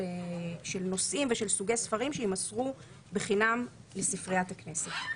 נושאים ושל סוגי ספרים שיימסרו בחינם לספריית הכנסת.